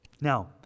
Now